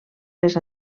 les